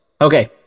Okay